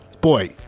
boy